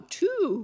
two